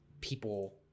people